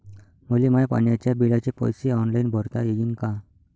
मले माया पाण्याच्या बिलाचे पैसे ऑनलाईन भरता येईन का?